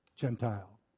Gentile